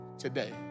Today